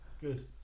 Good